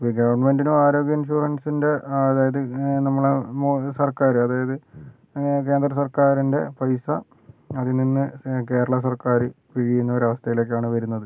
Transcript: ഇപ്പോൾ ഈ ഗവൺമെന്റിനും ആരോഗ്യ ഇൻഷുറൻസിൻ്റെ അതായത് നമ്മളുടെ മോ സർക്കാര് അതായത് കേന്ദ്രസർക്കാരിൻ്റെ പൈസ അതിൽനിന്ന് കേരള സർക്കാര് പിഴിയുന്ന ഒരു അവസ്ഥയിലേക്കാണ് വരുന്നത്